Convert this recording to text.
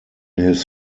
his